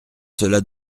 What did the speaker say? cela